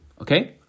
okay